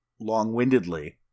long-windedly